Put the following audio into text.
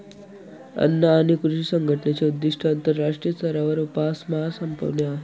अन्न आणि कृषी संघटनेचे उद्दिष्ट आंतरराष्ट्रीय स्तरावर उपासमार संपवणे आहे